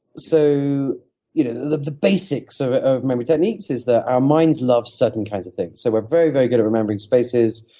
so you know the the basics so of memory techniques is that our minds love certain kinds of things, so we're very, very good at remembering spaces.